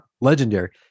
legendary